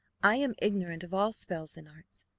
i am ignorant of all spells and arts.